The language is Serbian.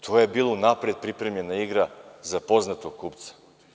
To je bila unapred pripremljena igra za poznatog kupca.